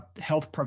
health